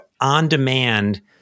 on-demand